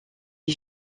est